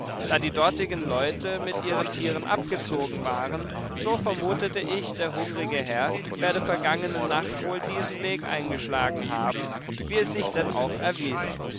da die dortigen leute mit ihren tieren abgezogen waren so vermutete ich der hungrige herr werde vergangene nacht wohl diesen weg eingeschlagen haben wie es sich denn auch erwies